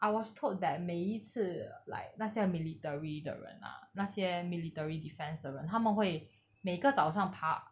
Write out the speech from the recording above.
I was told that 每一次 like 那些 military 的人啊那些 military defence 的人他们会每个早上爬